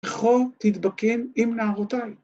רכבת ישראל